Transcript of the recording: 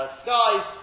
skies